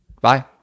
Bye